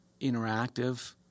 interactive